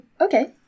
okay